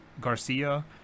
Garcia